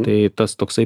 tai tas toksai